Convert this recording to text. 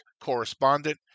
correspondent